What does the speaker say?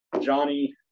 johnny